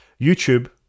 YouTube